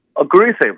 Aggressive